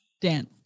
Dance